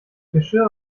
geschirr